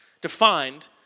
defined